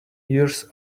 years